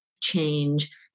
change